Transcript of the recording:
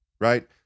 right